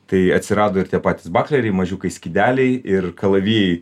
tai atsirado ir tie patys bakleriai mažiukai skydeliai ir kalavijai